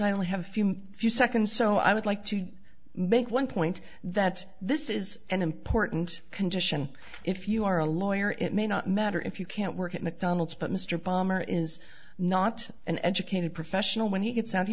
i only have a few few seconds so i would like to make one point that this is an important condition if you are a lawyer it may not matter if you can't work at mcdonald's but mr palmer is not an educated professional when he gets out he